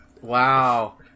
wow